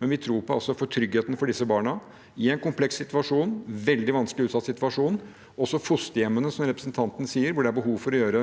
Men vi tror på dette for tryggheten for disse barna, i en kompleks og veldig vanskelig og utsatt situasjon. Også når det gjelder fosterhjemmene, som representanten nevner, er det behov for å gjøre